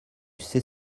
sais